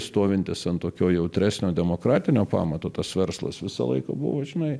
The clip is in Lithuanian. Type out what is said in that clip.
stovintis ant tokio jautresnio demokratinio pamato tas verslas visą laiką buvo žinai